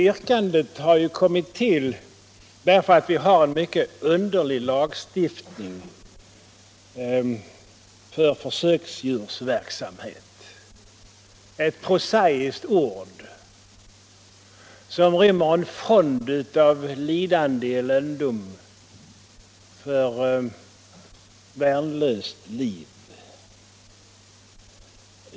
Yrkandet har kommit till därför att vi har en underlig lagstiftning för försöksdjursverksamhet — ett prosaiskt ord som rymmer en fond av lidande i lönndom för värnlöst liv.